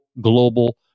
global